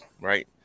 Right